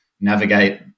navigate